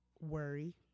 worry